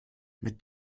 mit